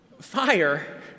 Fire